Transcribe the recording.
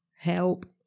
help